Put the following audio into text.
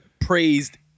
praised